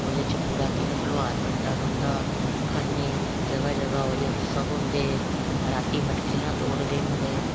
ओहदे च पूरा दिन फलोहार बनदा रौंहदा खन्ने जगह जगह ओहदे उत्सब होंदे राती मटकी तोड़दे मुडे़